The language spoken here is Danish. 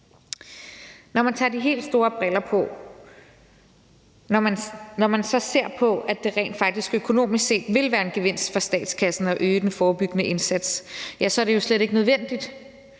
Når man tager de helt store briller på og ser på, at det rent faktisk økonomisk set vil være en gevinst for statskassen at øge den forebyggende indsats, ja, så er det jo slet ikke nødvendigt